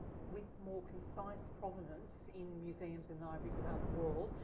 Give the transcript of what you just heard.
with more concise provenance in museums and libraries around the world,